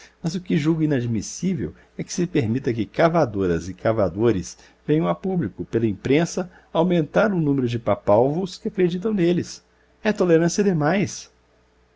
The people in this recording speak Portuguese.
mas o que julgo inadmissível é que se permita que cavadoras e cavadores venham a público pela imprensa aumentar o número de papalvos que acreditam neles é tolerância demais